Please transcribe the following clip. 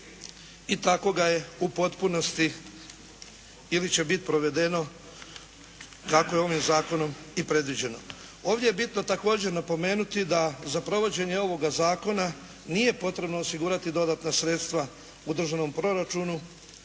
i tako ga je u potpunosti ili će biti provedeno kako je ovim zakonom i predviđeno. Ovdje je bitno također napomenuti da za provođenje ovoga zakona nije potrebno osigurati dodatna sredstva u državnom proračunu